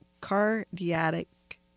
Cardiac